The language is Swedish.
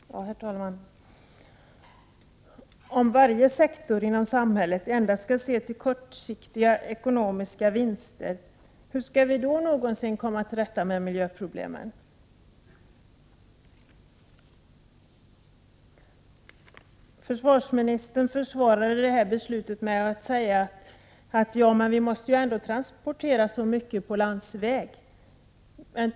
Herr talman! Om varje sektor inom samhället endast skall se till kortsiktiga ekonomiska vinster, hur skall vi då någonsin komma till rätta med miljöproblemen? Försvarsministern försvarade beslutet med att säga att vi ändå måste transportera så mycket på landsväg.